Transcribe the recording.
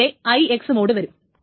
ഇവിടെ അപ്പോൾ IX mode വരും